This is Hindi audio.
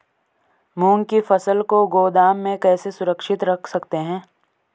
मूंग की फसल को गोदाम में कैसे सुरक्षित रख सकते हैं?